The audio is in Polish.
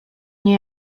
nie